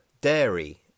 dairy